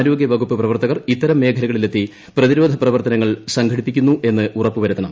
ആരോഗ്യവകുപ്പ് പ്രവർത്തകർ ഇത്തരം മേഖലകളിലെത്തി പ്രതിരോധപ്രവർത്തനങ്ങൾ സംഘടിപ്പിക്കുന്നുവെന്ന് ഉറപ്പു വരുത്തണം